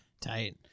tight